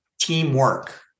teamwork